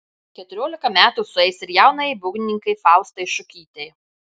keturiolika metų sueis ir jaunajai būgnininkei faustai šukytei